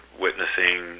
witnessing